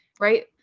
right